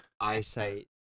eyesight